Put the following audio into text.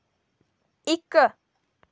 इक